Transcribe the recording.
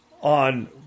on